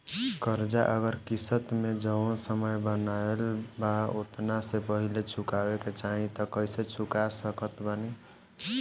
कर्जा अगर किश्त मे जऊन समय बनहाएल बा ओतना से पहिले चुकावे के चाहीं त कइसे चुका सकत बानी?